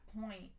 point